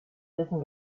wissen